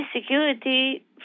security